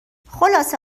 خلاصه